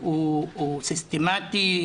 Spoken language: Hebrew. הוא סיסטמתי.